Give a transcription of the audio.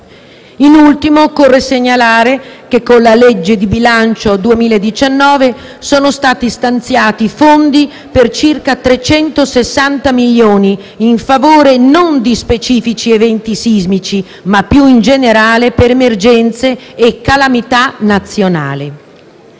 In ultimo occorre segnalare che, con la legge di bilancio 2019, sono stati stanziati fondi per circa 360 milioni in favore non di specifici eventi sismici, ma più in generale per emergenze e calamità nazionali.